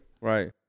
Right